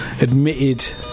admitted